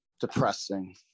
depressing